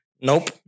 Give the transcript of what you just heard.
Nope